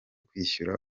kwishyura